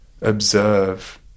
observe